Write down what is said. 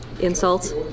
insults